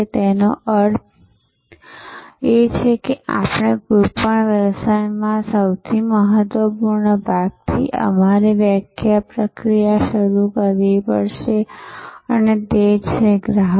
તેનો અર્થ એ છે કે આપણે કોઈપણ વ્યવસાયના સૌથી મહત્વપૂર્ણ ભાગથી અમારી વ્યાખ્યા પ્રક્રિયા શરૂ કરવી પડશે અને તે છે ગ્રાહકો